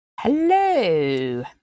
Hello